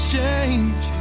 change